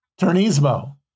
turnismo